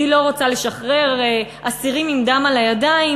והיא לא רוצה לשחרר אסירים עם דם על הידיים.